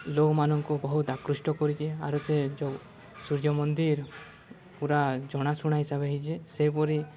ଲୋକମାନଙ୍କୁ ବହୁତ ଆକୃଷ୍ଟ କରୁଛେ ଆରୁ ସେ ଯେଉଁ ସୂର୍ଯ୍ୟ ମନ୍ଦିର ପୁରା ଜଣାଶୁଣା ହିସାବ ହେଇଛେ ସେହିପରି